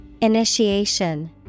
Initiation